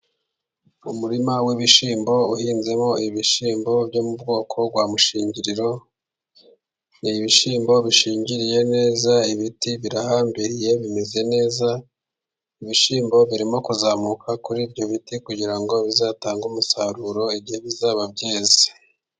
Umurima w'ibishyimbo uhinzemo ibishyimbo byo mu bwoko bwa mushingiriro, ni ibishyimbo bishingiriye neza, ibiti birahambiriye bimeze neza. Ibishyimbo birimo kuzamuka kuri ibyo biti kugira ngo bizatange umusaruro igihe bizaba byeze.